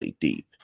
deep